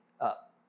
up